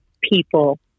people